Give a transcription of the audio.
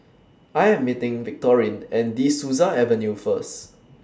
I Am meeting Victorine At De Souza Avenue First